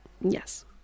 Yes